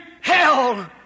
hell